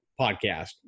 podcast